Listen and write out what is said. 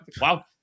wow